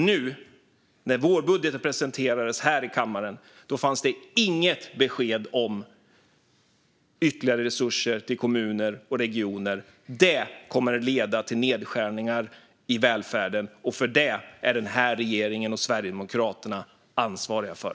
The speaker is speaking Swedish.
Nu när vårbudgeten presenterades här i kammaren fanns det inget besked om ytterligare resurser till kommuner och regioner. Det kommer att leda till nedskärningar i välfärden, och det är regeringen och Sverigedemokraterna ansvariga för.